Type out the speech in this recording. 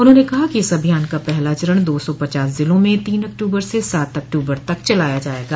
उन्होंने कहा कि इस अभियान का पहला चरण दो सौ पचास जिलों में तीन अक्तूबर से सात अक्तूबर तक चलाया जाएगा